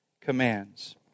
commands